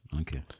okay